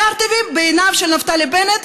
קרטיבים, בעיניו של נפתלי בנט.